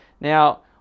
Now